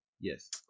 Yes